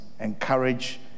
encourage